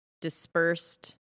dispersed